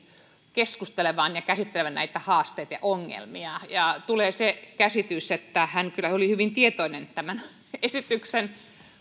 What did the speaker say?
keskustelevan ja käsittelevän näitä haasteita ja ongelmia tulee se käsitys että hän oli kyllä hyvin tietoinen tämän esityksen